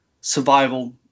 survival